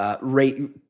rate